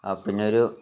ആ പിന്നൊരു